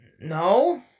no